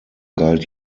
galt